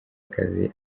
akazi